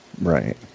Right